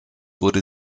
wurde